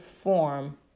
form